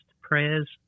prayers